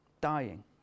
dying